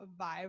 vibe